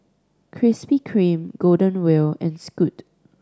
Krispy Kreme Golden Wheel and Scoot